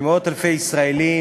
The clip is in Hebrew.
למאות אלפי ישראלים,